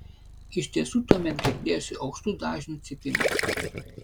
iš tiesų tuomet girdėjosi aukštų dažnių cypimas